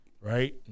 right